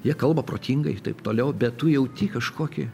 jie kalba protingai taip toliau bet tu jauti kažkokį